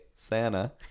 Santa